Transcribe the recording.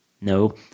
No